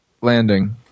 Landing